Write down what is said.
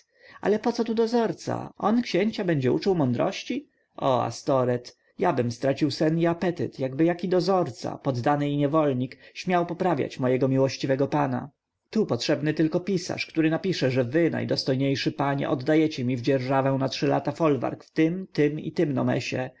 ale poco tu dozorca on księcia będzie uczył mądrości o astoreth jabym stracił sen i apetyt gdyby jaki dozorca poddany i niewolnik śmiał poprawiać mojego miłościwego pana tu potrzebny tylko pisarz który napisze że wy najdostojniejszy panie oddajecie mi w dzierżawę na trzy lata folwarki w tym tym i tym nomesie